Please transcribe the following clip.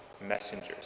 messengers